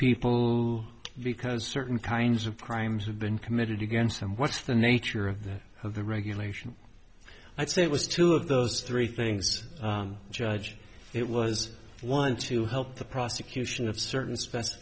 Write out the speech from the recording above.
people because certain kinds of crimes have been committed against them what's the nature of that of the regulation i'd say it was two of those three things judge it was one to help the prosecution of certain